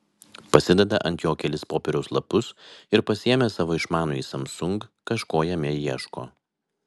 pasideda ant jo kelis popieriaus lapus ir pasiėmęs savo išmanųjį samsung kažko jame ieško